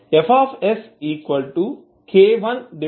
Fsk1sp1 k2sp2